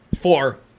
Four